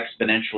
exponentially